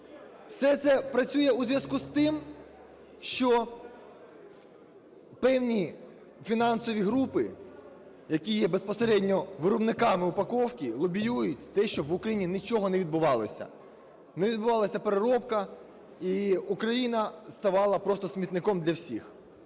Все це працює у зв'язку з тим, що певні фінансові групи, які є безпосередньо виробниками упаковки, лобіюють те, щоб в Україні нічого не відбувалося, не відбувалася переробка і Україна ставала просто смітником для всіх.